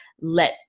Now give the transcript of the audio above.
let